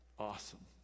Awesome